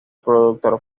productor